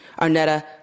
Arnetta